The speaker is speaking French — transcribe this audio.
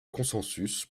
consensus